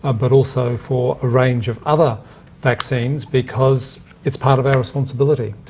ah but also for a range of other vaccines, because it's part of our responsibility to